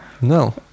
No